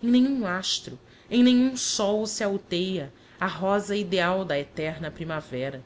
em nenhum astro em nenhum sol se alteia a rosa ideal da eterna primavera